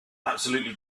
absolutely